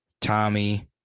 Tommy